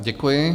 Děkuji.